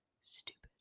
Stupid